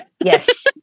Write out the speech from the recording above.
yes